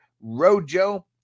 Rojo